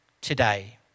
today